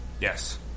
Yes